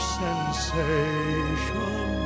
sensation